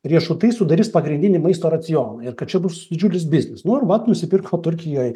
riešutai sudarys pagrindinį maisto racioną ir kad čia bus didžiulis biznis nu ir vat nusipirko turkijoj